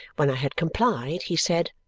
when i had complied, he said,